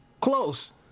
Close